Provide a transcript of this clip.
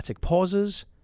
pauses